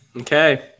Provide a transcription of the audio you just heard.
Okay